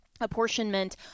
apportionment